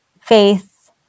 faith